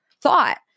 thought